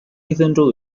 黑森州